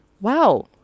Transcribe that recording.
wow